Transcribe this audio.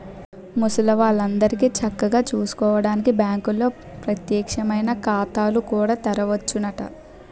ముసలాల్లందరికీ చక్కగా సూసుకోడానికి బాంకుల్లో పచ్చేకమైన ఖాతాలు కూడా తెరవచ్చునట